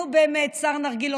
נו, באמת, שר נרגילות.